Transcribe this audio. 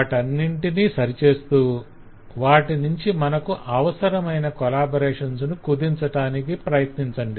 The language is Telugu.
వాటన్నింటిని సరిచేస్తూ వాటినుంచి మనకు అవసరమైన కొలాబరేషన్స్ ను కుదించటానికి ప్రయత్నించండి